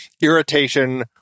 irritation